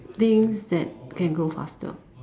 things that can go faster